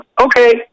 okay